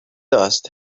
dust